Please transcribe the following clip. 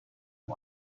one